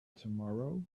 tomorrow